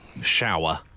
Shower